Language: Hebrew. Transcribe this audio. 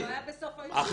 הבאת דוגמאות מספיק.